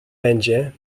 będzie